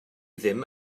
ddim